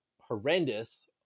horrendous